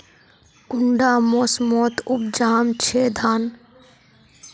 कुंडा मोसमोत उपजाम छै धान?